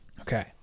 Okay